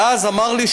ואז אמר לי,